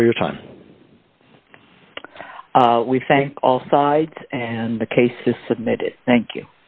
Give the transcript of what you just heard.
you for your time we thank all sides and the case is submitted thank you